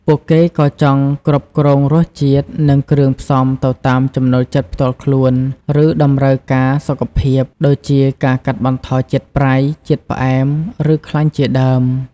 ពួកគេក៏ចង់ គ្រប់គ្រងរសជាតិ និងគ្រឿងផ្សំទៅតាមចំណូលចិត្តផ្ទាល់ខ្លួន ឬតម្រូវការសុខភាព ដូចជាការកាត់បន្ថយជាតិប្រៃ ជាតិផ្អែម ឬខ្លាញ់ជាដើម។